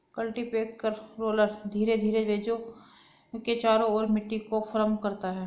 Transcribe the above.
cultipacker roller धीरे धीरे बीजों के चारों ओर मिट्टी को फर्म करता है